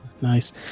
Nice